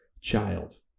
child